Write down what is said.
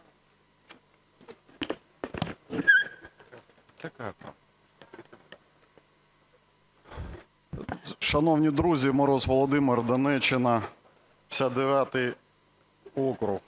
Шановні друзі! Мороз Володимир, Донеччина, 59 округ.